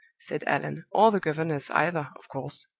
said allan or the governess, either, of course.